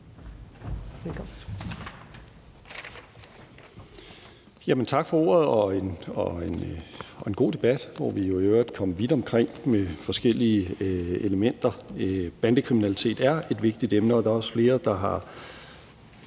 Tak for ordet, og tak for en god debat, hvor vi jo i øvrigt kom vidt omkring forskellige elementer. Bandekriminalitet er et vigtigt emne, og der er også flere, der med